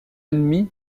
ennemi